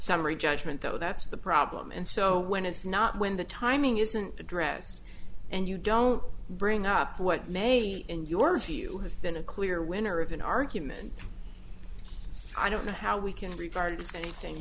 summary judgment though that's the problem and so when it's not when the timing isn't addressed and you don't bring up what may in your view have been a clear winner of an argument i don't know how we can regard